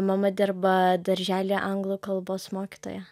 mama dirba daržely anglų kalbos mokytoja